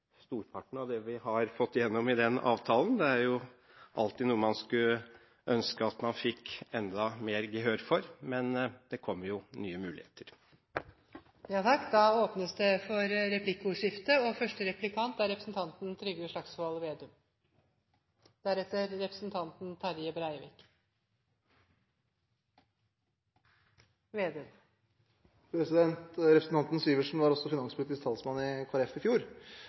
storparten av det vi har fått gjennom i avtalen. Det er alltid noe man skulle ønske at man fikk enda mer gehør for, men det kommer jo nye muligheter. Det blir replikkordskifte. Representanten Syversen var også finanspolitisk talsmann for Kristelig Folkeparti i fjor,